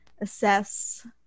assess